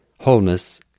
wholeness